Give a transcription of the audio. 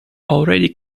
already